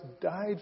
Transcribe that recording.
died